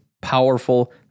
powerful